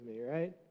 right